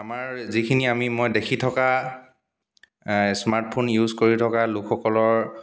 আমাৰ যিখিনি আমি মই দেখি থকা স্মাৰ্টফোন ইউজ কৰি থকা লোকসকলৰ